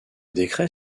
décret